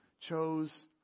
chose